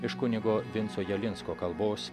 iš kunigo vinco jalinsko kalbos